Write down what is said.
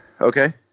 okay